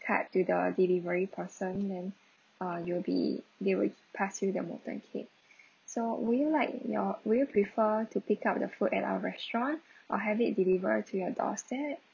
card to the delivery person then uh you'll be they would pass you the molten cake so would you like your would you prefer to pick up the food at our restaurant or have it delivered to your doorstep